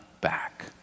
back